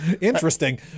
Interesting